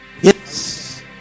Yes